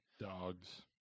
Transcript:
dogs